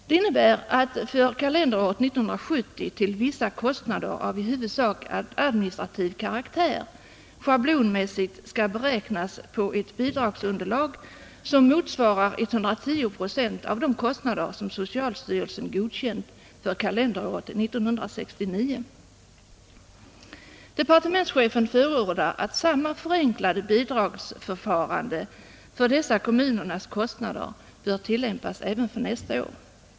Det innebär att för kalenderåret 1970 skall bidrag till vissa kostnader av i huvudsak administrativ karaktär schablonmässigt beräknas på ett bidragsunderlag som motsvarar 110 procent av de kostnader som socialstyrelsen godkänt för kalenderåret 1969. Departementschefen förordar att samma förenklade bidragsförfarande för dessa kommunernas kostnader bör tillämpas även för nästa år.